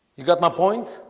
you got my point